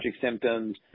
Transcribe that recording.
symptoms